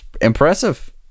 Impressive